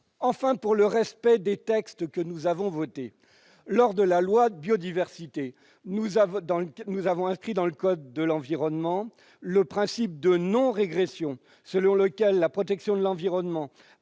question de respect des textes que nous avons votés. Avec la loi sur la biodiversité, nous avons inscrit dans le code de l'environnement le principe de non-régression, selon lequel la protection de l'environnement